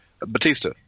Batista